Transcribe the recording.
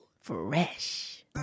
fresh